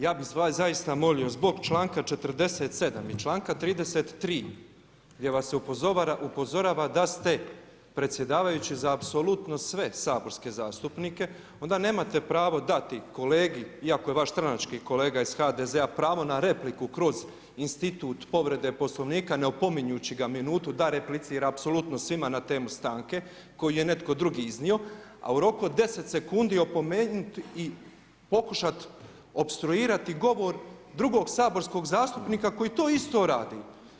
Ja bih vas zaista molio zbog članka 47. i članka 33. gdje vas se upozorava da ste predsjedavajući za apsolutno sve saborske zastupnike onda nemate pravo dati kolegi iako je vaš stranački kolega iz HDZ-a pravo na repliku kroz institut povrede Poslovnika ne opominjući ga minutu da replicira apsolutno svima na temu stanke koju je netko drugi iznio a u roku od 10 sekundi opomenuti i pokušati opstruirati govor drugog saborskog zastupnika koji to isto radi.